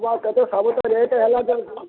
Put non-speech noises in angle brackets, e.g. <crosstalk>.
<unintelligible> ସବୁ ତ ରେଟ୍ ହେଲା <unintelligible>